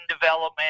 development